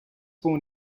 born